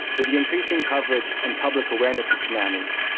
with the increasing coverage and public awareness of tsunamis,